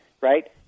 right